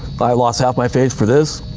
i lost half my face for this?